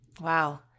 Wow